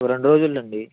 ఒక రెండు రోజులు అండి